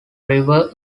river